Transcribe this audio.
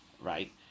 Right